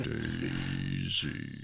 Daisy